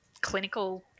clinical